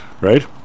right